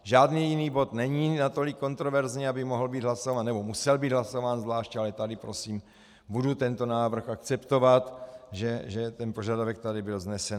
Žádný jiný bod není natolik kontroverzní, aby musel být hlasován zvlášť, ale tady prosím budu tento návrh akceptovat, že ten požadavek tady byl vznesen.